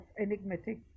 enigmatic